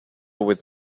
with